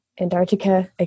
Antarctica